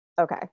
Okay